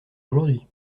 aujourd’hui